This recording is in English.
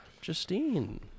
Justine